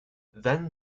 then